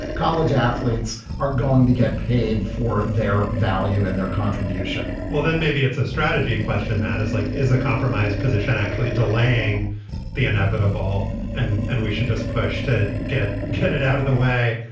college athletes are going to get paid for their value and their contribution well then maybe it's a strategy question matters like is a compromise position actually delaying the inevitable and and we should just push to get get it out of the way.